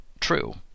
true